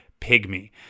pygmy